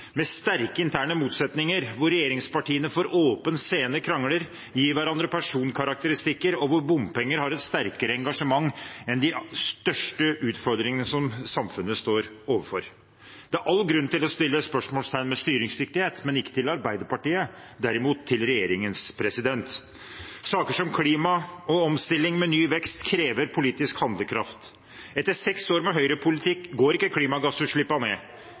med sterke interne motsetninger, der regjeringspartiene for åpen scene krangler og gir hverandre personkarakteristikker, og der bompenger har et sterkere engasjement enn de største utfordringene som samfunnet står overfor. Det er all grunn til å sette spørsmålstegn ved styringsdyktighet, men ikke til Arbeiderpartiet – derimot til regjeringen. Saker som klima og omstilling med ny vekst krever politisk handlekraft. Etter seks år med høyrepolitikk går ikke klimagassutslippene ned.